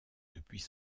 depuis